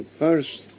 first